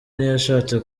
ntiyashatse